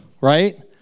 Right